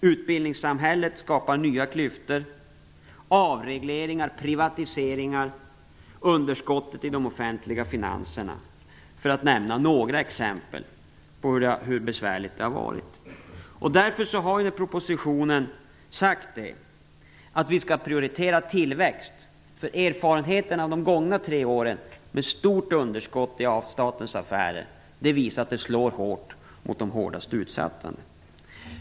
Utbildningssamhället skapar nya klyftor, avregleringar, privatiseringar, underskottet i de offentliga finanserna, för att nämna några exempel på hur besvärligt det har varit. Därför har propositionen sagt att vi skall prioritera tillväxt. Erfarenheten av de gångna tre åren med stort underskott i statens affärer visar att det slår hårt mot de hårdast utsatta.